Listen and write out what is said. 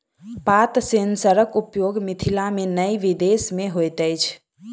पात सेंसरक उपयोग मिथिला मे नै विदेश मे होइत अछि